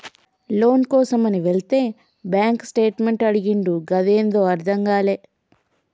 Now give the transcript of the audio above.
లోను కోసమని వెళితే bank statement అడిగిండు గదేందో అర్థం గాలే